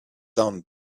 down